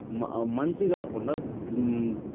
మంచి కాకుండా